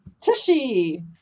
Tishy